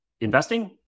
investing